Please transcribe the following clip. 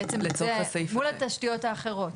מול התשתיות האחרות.